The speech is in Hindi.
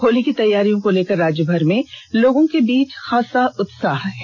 होली की तैयारियों को लेकर राज्यभर में लोगों के बीच खासा उत्साह है